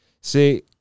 See